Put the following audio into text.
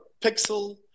pixel